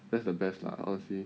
that's the best lah honestly